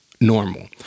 normal